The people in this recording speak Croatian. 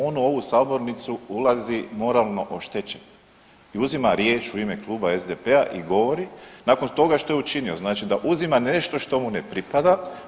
On u ovu sabornicu ulazi moralno oštećen i uzima riječ u ime kluba SDP-a i govori nakon toga što je učinio, znači da uzima nešto što mu ne pripada.